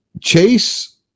Chase